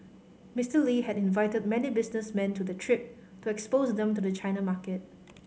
Mister Lee had invited many businessmen to the trip to expose them to the China market